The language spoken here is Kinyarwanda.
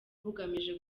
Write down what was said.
bugamije